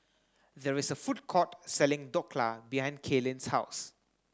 there is a food court selling Dhokla behind Kaylyn's house